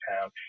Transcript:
town